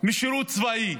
משירות צבאי.